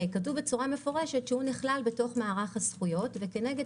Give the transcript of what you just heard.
כתוב בצורה מפורשת שהוא נכלל בתוך מערך הזכויות וכנגד